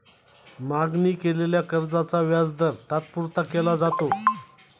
मागणी केलेल्या कर्जाचा व्याजदर तात्पुरता केला जातो